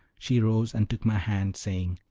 she rose and took my hand, saying,